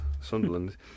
Sunderland